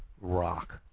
rock